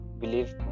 Believe